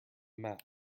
mat